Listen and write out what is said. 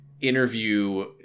interview